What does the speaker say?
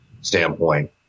standpoint